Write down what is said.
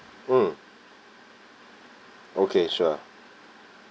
mm okay sure